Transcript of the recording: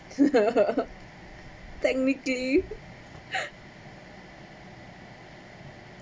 technically